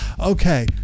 Okay